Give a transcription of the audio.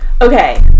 Okay